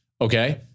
Okay